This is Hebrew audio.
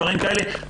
דברים כאלה.